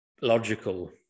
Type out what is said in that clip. logical